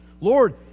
Lord